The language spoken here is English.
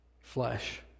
flesh